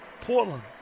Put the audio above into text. Portland